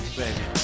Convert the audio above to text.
baby